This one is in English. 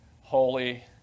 holy